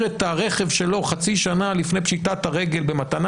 את הרכב שלו חצי שנה לפני פשיטת הרגל במתנה